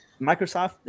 Microsoft